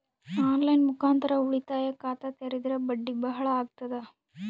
On line ಮುಖಾಂತರ ಉಳಿತಾಯ ಖಾತ ತೇರಿದ್ರ ಬಡ್ಡಿ ಬಹಳ ಅಗತದ?